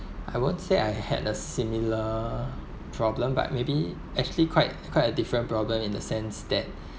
I won't say I had a similar problem but maybe actually quite quite a different problem in the sense that